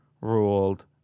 ruled